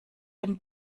dem